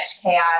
chaos